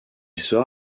sera